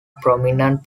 prominent